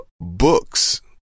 books